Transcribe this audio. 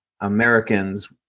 Americans